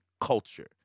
culture